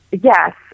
Yes